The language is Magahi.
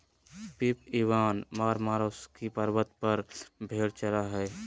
पिप इवान मारमारोस्की पर्वत पर भेड़ चरा हइ